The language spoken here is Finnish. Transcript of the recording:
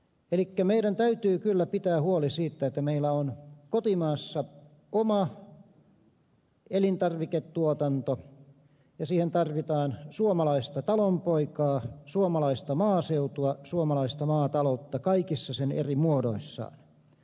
elikkä meidän täytyy kyllä pitää huoli siitä että meillä on kotimaassa oma elintarviketuotanto ja siihen tarvitaan suomalaista talonpoikaa suomalaista maaseutua suomalaista maataloutta kaikissa eri muodoissaan